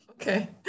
Okay